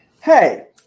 Hey